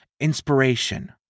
inspiration